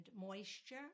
moisture